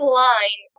line